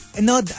no